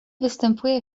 występuje